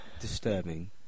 disturbing